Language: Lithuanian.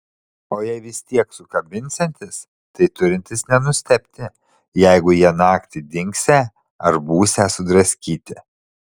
o jei vis tiek sukabinsiantis tai turintis nenustebti jeigu jie naktį dingsią ar būsią sudraskyti